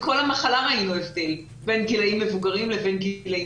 כל המחלה ראינו הבדל בין גילים מבוגרים לבין גילים